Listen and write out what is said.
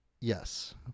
Yes